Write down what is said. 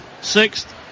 sixth